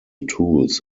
tools